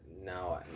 No